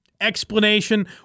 explanation